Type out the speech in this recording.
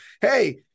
Hey